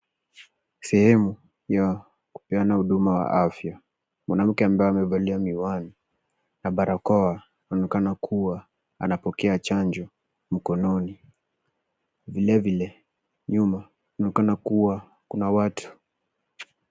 Sehemu ya kupeana huduma wa afya. Mwanamke ambaye amevalia miwani na barakoa anaonekana kuwa anapokea chanjo mkononi vile vile nyuma kunaonekana kuwa kuna watu.